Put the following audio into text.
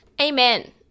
Amen